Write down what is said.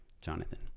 Jonathan